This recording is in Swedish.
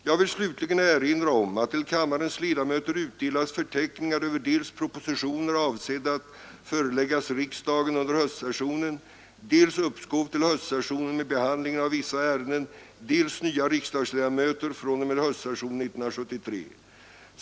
Jag vill slutligen erinra om att till kammarens ledamöter utdelats förteckningar över dels propositioner avsedda att föreläggas riksdagen under höstsessionen, dels uppskov till höstsessionen med behandlingen av vissa ärenden, dels nya riksdagsledamöter fr.o.m. höstsessionen 1973.